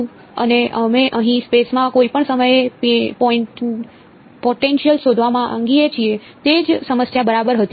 અને અમે અહીં સ્પેસ માં કોઈપણ સમયે પોટેન્શિયલ શોધવા માંગીએ છીએ તે જ સમસ્યા બરાબર હતી